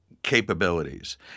capabilities